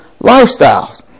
lifestyles